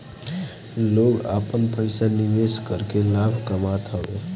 लोग आपन पईसा निवेश करके लाभ कामत हवे